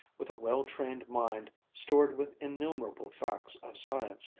with a well-trained mind stored with innumerable facts of science,